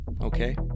okay